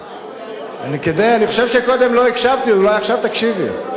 אני חושב שקודם לא הקשבת לי, אולי עכשיו תקשיבי.